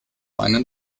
einen